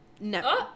No